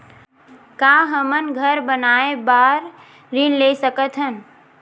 का हमन घर बनाए बार ऋण ले सकत हन?